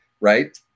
right